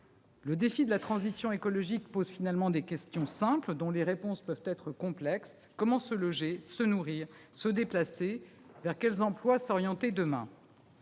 Le défi de la transition écologique pose finalement des questions simples dont les réponses peuvent être complexes : comment se loger, se nourrir, se déplacer ? Vers quels emplois s'orienter demain ?